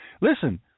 Listen